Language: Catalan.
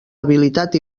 habilitat